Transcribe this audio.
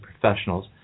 professionals